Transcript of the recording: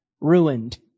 ruined